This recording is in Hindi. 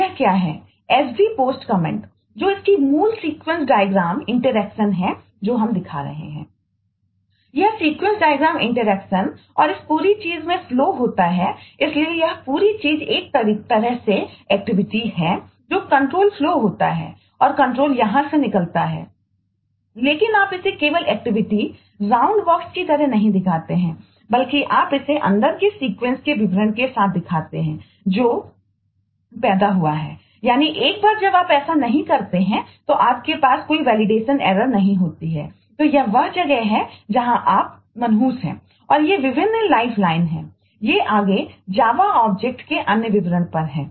यह सीक्वेंस डायग्राम इंटरैक्शन के एक अन्य विवरण पर हैं